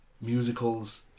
musicals